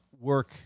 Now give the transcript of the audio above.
work